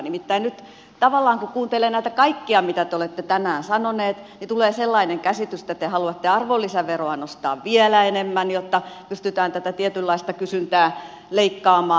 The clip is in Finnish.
nimittäin nyt tavallaan kun kuuntelee näitä kaikkia mitä te olette tänään sanoneet tulee sellainen käsitys että te haluatte arvonlisäveroa nostaa vielä enemmän jotta pystytään tätä tietynlaista kysyntää leikkaamaan